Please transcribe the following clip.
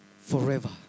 forever